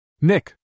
Nick